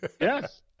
Yes